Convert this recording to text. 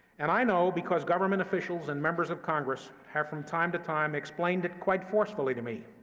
and i know, because government officials and members of congress have from time to time explained it quite forcefully to me,